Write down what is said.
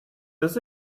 does